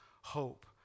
hope